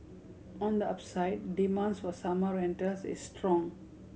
on the upside demands for summer rentals is strong